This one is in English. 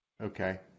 Okay